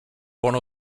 one